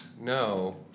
No